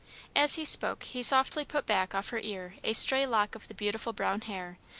as he spoke, he softly put back off her ear a stray lock of the beautiful brown hair,